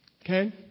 Okay